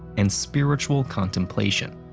and spiritual contemplation.